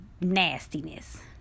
nastiness